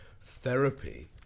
therapy